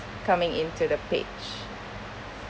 coming into the page